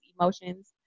emotions